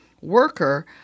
worker